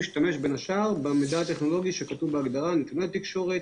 הוא משתמש בין השאר במידע הטכנולוגי שכתוב בהגדרה: נתוני תקשורת,